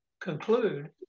conclude